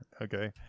Okay